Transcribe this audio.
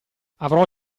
avrò